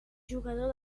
jugador